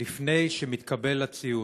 לפני שמתקבל הציון.